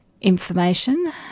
information